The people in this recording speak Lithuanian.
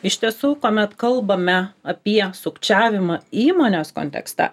iš tiesų kuomet kalbame apie sukčiavimą įmonės kontekste